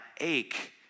ache